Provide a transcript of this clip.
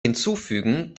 hinzufügen